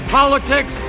politics